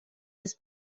his